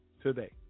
Today